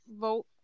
vote